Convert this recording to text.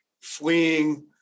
fleeing